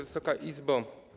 Wysoka Izbo!